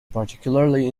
particularly